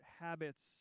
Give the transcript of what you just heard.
habits